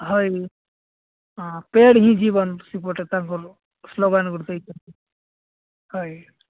ହଏ ହଁ ପେଡ଼ ହିଁ ଜୀବନ ସେପଟେ ତାଙ୍କର ସ୍ଲୋଗାନ୍ ଗୋଟେ ହଏ